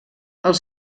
els